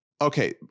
okay